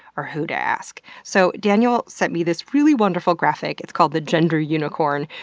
or who to ask. so, daniel sent me this really wonderful graphic. it's called the gender unicorn.